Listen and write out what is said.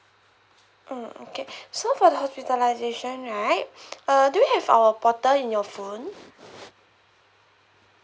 mm okay so for the hospitalisation right uh do you have our portal in your phone